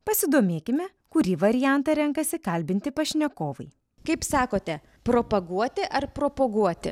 pasidomėkime kurį variantą renkasi kalbinti pašnekovai kaip sakote propaguoti ar propoguoti